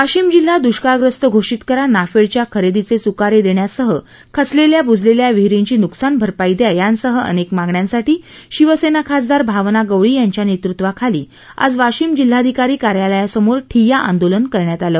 वाशिम जिल्हा दुष्काळग्रस्त घोषित करा नाफेडच्या खरेदीचे चुकारे देण्यासह खचलेल्या बुजलेल्या विहिरींची नुकसान भरपाई द्या यासह अनेक मागण्यांसाठी शिवसेना खासदार भावना गवळी यांच्या नेतृत्वाखाली आज वाशिम जिल्हाधिकारी कार्यालयासमोर ठिय्या आंदोलन करण्यात आलं